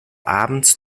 abends